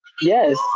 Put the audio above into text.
Yes